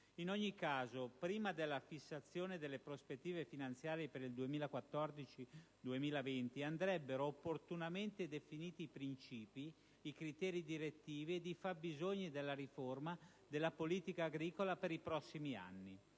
In ogni caso, prima della fissazione delle prospettive finanziarie per il 2014-2020, andrebbero opportunamente definiti i principi, i criteri direttivi ed i fabbisogni della riforma della politica agricola per i prossimi anni.